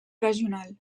regional